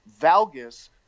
Valgus